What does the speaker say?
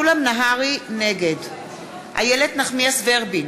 נגד איילת נחמיאס ורבין,